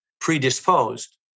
predisposed